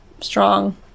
strong